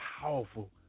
powerful